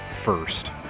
first